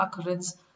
occurrence